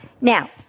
Now